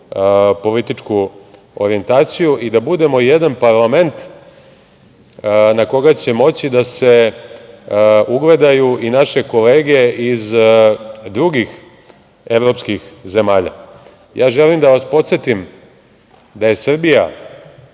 političku orijentaciju i da budemo jedan parlament na koga će moći da se ugledaju i naše kolege iz drugih evropskih zemalja. Želim da vas podsetim da je Srbija,